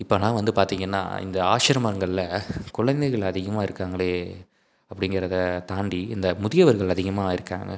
இப்போலாம் வந்து பார்த்திங்கன்னா இந்த ஆசிரமங்களில் குழந்தைகள் அதிகமாக இருக்காங்களே அப்படிங்கிறத தாண்டி இந்த முதியவர்கள் அதிகமாக இருக்காங்க